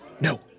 No